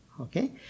Okay